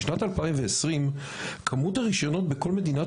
משנת 2020 כמות הרישיונות בכל מדינת